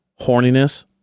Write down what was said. horniness